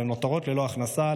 והן נותרות ללא הכנסה,